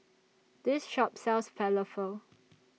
This Shop sells Falafel